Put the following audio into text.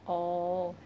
orh